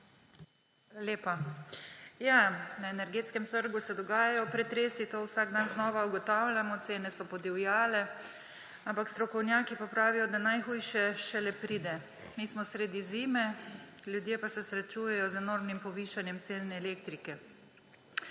lepa. Na energetskem trgu se dogajajo pretresi, to vsak dan znova ugotavljamo, cene so podivjale, ampak strokovnjaki pa pravijo, da najhujše šele pride. Mi smo sredi zime, ljudje pa se srečujejo z enormnim povišanjem cen elektrike.